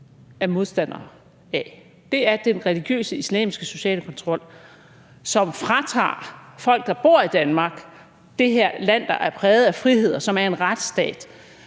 er modstandere af, er den religiøse islamiske sociale kontrol, som fratager folk, der bor i Danmark – det her land, der er præget af frihed, og som er en retsstat,